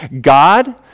God